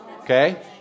okay